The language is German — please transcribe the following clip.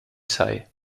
sei